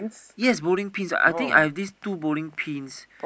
yes bowling pins I think I have this two bowling pins